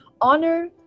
honor